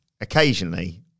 Occasionally